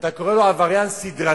אתה קורא לו עבריין סדרתי?